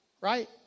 Right